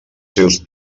seus